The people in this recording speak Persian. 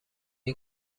این